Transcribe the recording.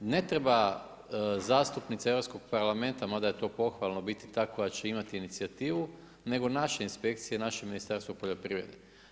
Ne treba zastupnice europskog parlamenta, ma da je to pohvalna biti ta koja će imati inicijativu, nego naše inspekcije, naše Ministarstvo poljoprivrede.